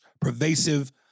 pervasive